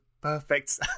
perfect